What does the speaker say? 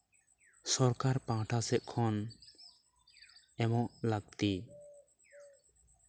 ᱥᱚᱨᱠᱟᱨ ᱯᱟᱦᱴᱟ ᱥᱮᱫ ᱠᱷᱚᱱ ᱮᱢᱚᱜ ᱞᱟᱹᱠᱛᱤ